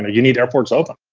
ah you need airports open.